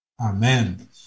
Amen